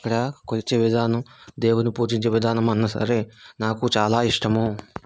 అక్కడ కొలిచే విధానం దేవుని పూజించే విధానం అన్నా సరే నాకు చాలా ఇష్టము